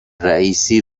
رییسی